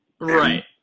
Right